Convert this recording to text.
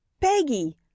Peggy